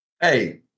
Hey